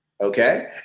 okay